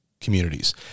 communities